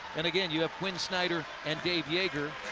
and again, you have quin snyder and dave joerger.